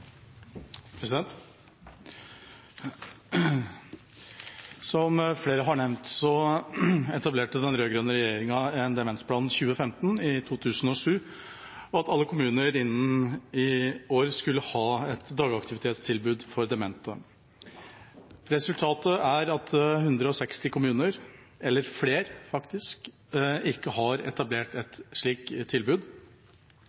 til. Som flere har nevnt, etablerte den rød-grønne regjeringa Demensplan 2015 i 2007, med det mål at alle kommuner innen i år skulle ha et dagaktivitetstilbud for demente. Resultatet er at 160 kommuner – eller flere, faktisk – ikke har etablert et slikt tilbud,